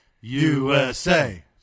USA